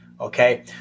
Okay